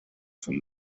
from